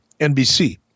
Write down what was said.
NBC